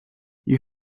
you